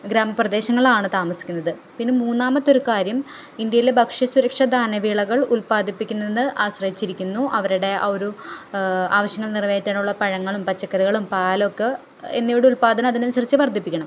ഗ്രാമ പ്രദേശങ്ങളിലാണ് താമസിക്കുന്നത് പിന്നെ മുന്നാമത്തെ ഒരു കാര്യം ഇന്ത്യയിലെ ഭക്ഷ്യ സുരക്ഷാ ധാന്യ വിളകൾ ഉൽപാദിപ്പിക്കുന്നത് ആശ്രയിച്ചിരിക്കുന്നു അവരുടെ ആ ഒരു ആവശ്യങ്ങൾ നിറവേറ്റാനുള്ള പഴങ്ങളും പച്ചക്കറികളും പാലൊക്കെ എന്നിവയുടെ ഉൽപാദനം അതിനനുസരിച്ച് വർദ്ധിപ്പിക്കണം